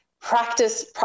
practice